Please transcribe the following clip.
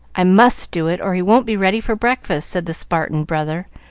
i must do it, or he won't be ready for breakfast, said the spartan brother,